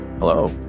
Hello